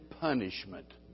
punishment